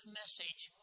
message